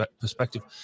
perspective